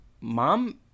mom